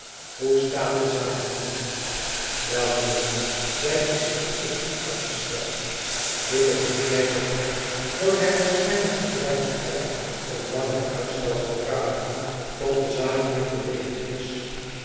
hoe staat de zaak nu wol mijnheer zij is vooreerst uitgesteld bucket lieeft mij gezegd dat hij waarschijnlijk van tijd tot tijd om langer uitstel zal vragen tot de zaak meer volledig is